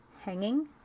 Hanging